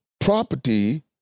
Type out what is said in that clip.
property